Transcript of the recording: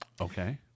Okay